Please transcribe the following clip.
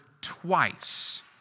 twice